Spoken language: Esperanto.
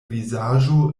vizaĝo